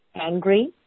angry